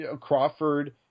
Crawford